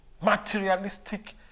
materialistic